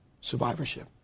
survivorship